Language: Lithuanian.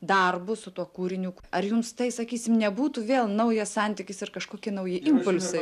darbu su tuo kūriniu ar jums tai sakysim nebūtų vėl naujas santykis ir kažkokie nauji impulsai